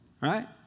Right